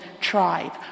tribe